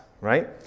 right